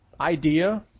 idea